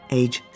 age